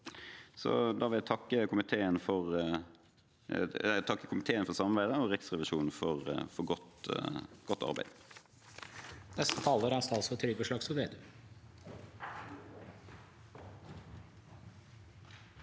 Da vil jeg takke komiteen for samarbeidet og Riksrevisjonen for godt arbeid.